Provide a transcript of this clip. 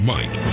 Mike